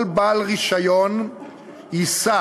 כל בעל רישיון יישא